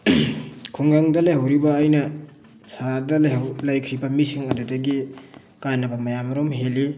ꯈꯨꯡꯒꯪꯗ ꯂꯩꯍꯧꯔꯤꯕ ꯑꯩꯅ ꯁꯍꯔꯗ ꯂꯩꯈ꯭ꯔꯤꯕ ꯃꯤꯁꯤꯡ ꯑꯗꯨꯗꯒꯤ ꯀꯥꯟꯅꯕ ꯀꯌꯥ ꯃꯔꯨꯝ ꯍꯦꯜꯂꯤ